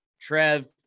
Trev